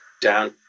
down